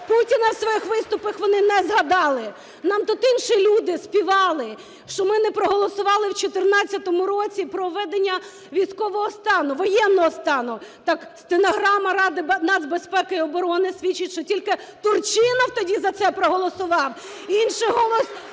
Путіна в своїх виступах вони не згадали. Нам тут інші люди співали, що ми не проголосували в 14-му році про введення військового стану, воєнного стану. Так стенограма Ради нацбезпеки і оборони свідчить, що тільки Турчинов тоді за це проголосував. Інші не